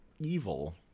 evil